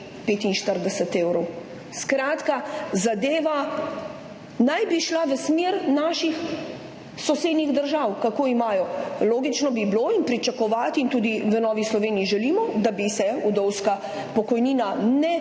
45 evrov. Skratka, zadeva naj bi šla v smer naših sosednjih držav, kakor imajo. Logično bi bilo in pričakovati bi bilo in tudi v Novi Sloveniji želimo, da bi se vdovska pokojnina ne